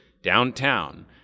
downtown